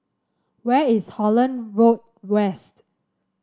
where is Holland Road West